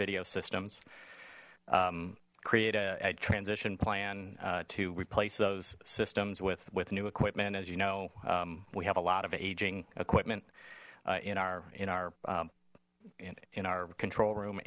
video systems create a transition plan to replace those systems with with new equipment as you know we have a lot of aging equipment in our in our in our control room